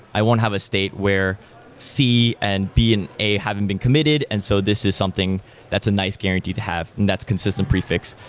i won't have a state where c and b and a haven't been committed, and so this is something that's a nice guarantee to have, and that's consistent prefix.